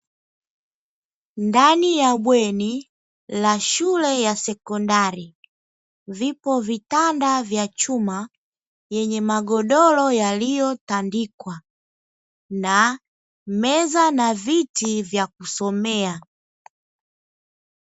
Ndani ya bweni la shule ya sekondari vipo vitanda vya chuma yenye magodoro yaliyotandikwa, na meza na viti vya kusomea.